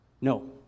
No